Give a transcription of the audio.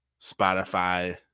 spotify